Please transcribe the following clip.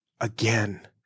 again